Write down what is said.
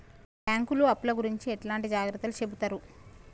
బ్యాంకులు అప్పుల గురించి ఎట్లాంటి జాగ్రత్తలు చెబుతరు?